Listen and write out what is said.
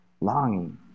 longing